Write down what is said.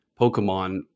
Pokemon